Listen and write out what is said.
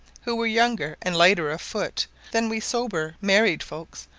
who were younger and lighter of foot than we sober married folks,